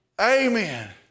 Amen